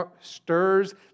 stirs